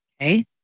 Okay